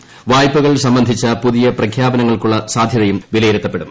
പ്ട്യ്പകൾ സംബന്ധിച്ച പുതിയ പ്രഖ്യാപനങ്ങൾക്കുള്ള സാധ്യതയും വീല്യിരുത്തപ്പെടും